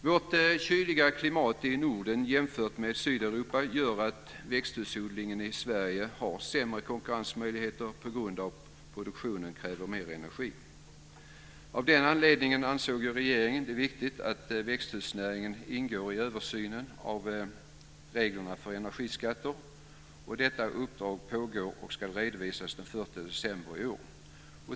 Vårt kyliga klimat i Norden jämfört med Sydeuropa gör att växthusodlingen i Sverige har sämre konkurrensmöjligheter eftersom produktionen kräver mer energi. Av den anledningen ansåg regeringen att det var viktigt att växthusnäringen ingår i översynen av reglerna för energiskatter. Detta uppdrag pågår och ska redovisas den 1 december i år.